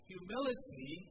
Humility